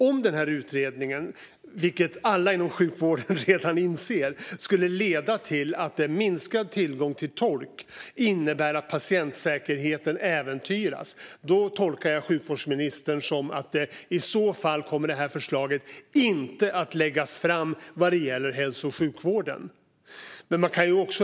Om den här utredningen skulle komma fram till att en minskad tillgång till tolk innebär att patientsäkerheten äventyras, vilket alla inom sjukvården redan inser, tolkar jag sjukvårdsministerns svar som att det här förslaget i så fall inte kommer att läggas fram vad gäller hälso och sjukvården.